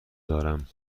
دارم